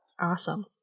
awesome